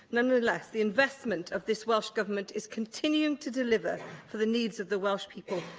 nonetheless, the investment of this welsh government is continuing to deliver for the needs of the welsh people,